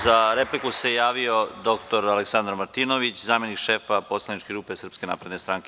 Za repliku se javio dr. Aleksandar Martinović, zamenik šefa poslaničke grupe SNS.